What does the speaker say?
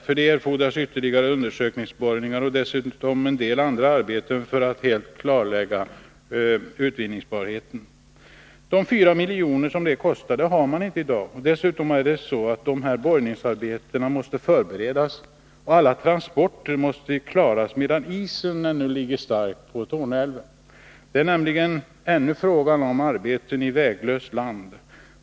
För detta erfordras ytterligare undersökningsborrningar och dessutom en del andra arbeten för att man skall kunna helt klarlägga utvinningsbarheten. De 4 miljoner som det kostar har man inte i dag. Dessutom måste dessa borrningsarbeten förberedas, och alla transporter måste klaras medan isen ännu ligger stark på Torneälven. Det är nämligen ännu fråga om arbeten i väglöst land.